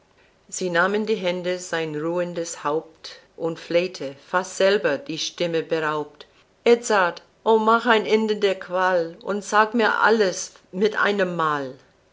sie nahm in die hände sein ruhendes haupt und flehte fast selber der stimme beraubt edzard o mach ein ende der qual und sage mir alles mit einem mal